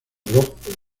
rojo